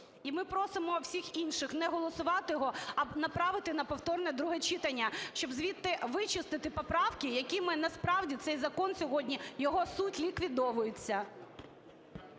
І ми просимо всіх інших не голосувати його, а направити на повторне друге читання, щоб звідти вичистити поправки, якими, насправді, цей закон сьогодні, його суть ліквідовується.